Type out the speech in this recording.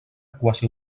quasi